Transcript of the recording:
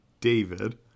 David